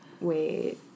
Wait